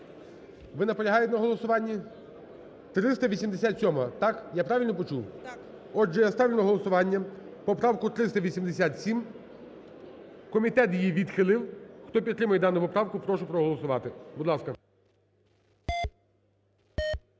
Ви наполягаєте на голосуванні? 387-а, так, я правильно почув? ШКРУМ А.І. Так. ГОЛОВУЮЧИЙ. Отже, я ставлю на голосування поправку 387. Комітет її відхилив. Хто підтримує дану поправку, прошу проголосувати. Будь ласка.